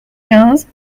quinze